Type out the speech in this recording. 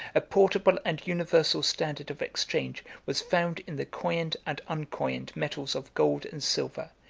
a portable and universal standard of exchange was found in the coined and uncoined metals of gold and silver,